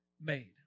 made